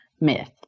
myth